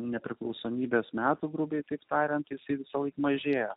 nepriklausomybės metų grubiai tariant jisai visąlaik mažėjo